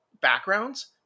backgrounds